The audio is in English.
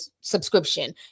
subscription